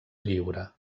lliure